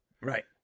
Right